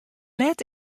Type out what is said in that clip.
let